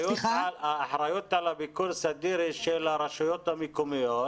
האחריות על הביקור סדיר היא של הרשויות המקומיות.